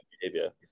behavior